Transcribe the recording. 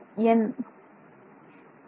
n